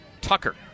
Tucker